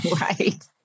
Right